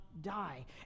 die